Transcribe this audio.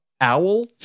owl